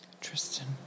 Tristan